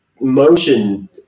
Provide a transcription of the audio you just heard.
motion